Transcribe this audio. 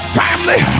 family